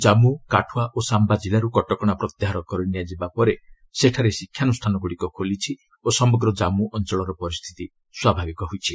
ଜାମ୍ଗୁ କାଠୁଆ ଓ ଶାମ୍ଭା ଜିଲ୍ଲାରୁ କଟକଣା ପ୍ରତ୍ୟାହାର କରିନିଆଯିବା ପରେ ସେଠାରେ ଶିକ୍ଷାନୁଷ୍ଠାନଗୁଡ଼ିକ ଖୋଲିଛି ଓ ସମଗ୍ର ଜାନ୍ମୁ ଅଞ୍ଚଳର ପରିସ୍ଥିତି ସ୍ୱାଭାବିକ ହୋଇଛି